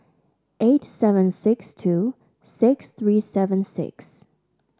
eight seven six two six three seven six